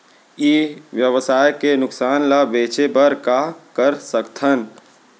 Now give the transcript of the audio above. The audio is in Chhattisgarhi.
ई व्यवसाय के नुक़सान ले बचे बर का कर सकथन?